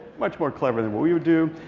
much more clever than what we would do.